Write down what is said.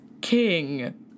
King